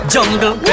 Jungle